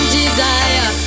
desire